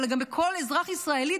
אבל גם בכל אזרח ישראלי,